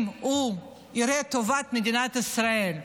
אם הוא יראה את טובת מדינת ישראל,